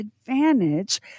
advantage